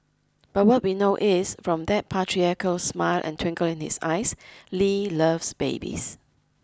but what we know is from that patriarchal smile and twinkle in his eyes Lee loves babies